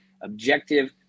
objective